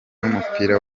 w’umupira